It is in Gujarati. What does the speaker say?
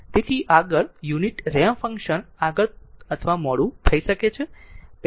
તેથી આગળ યુનિટ રેમ્પ ફંક્શન આગળ અથવા મોડું થઈ શકે છે